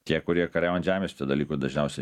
tie kurie kariauja ant žemės tų dalykų dažniausiai